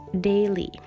daily